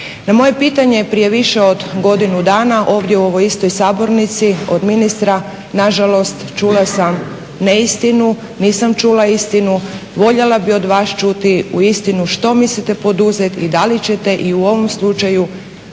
Na moje pitanje prije više od godinu dana ovdje u ovoj istoj sabornici od ministra nažalost čula sam neistinu, nisam čula istinu, voljela bi od vas čuti uistinu što mislite poduzet i da li ćete i u ovom slučaju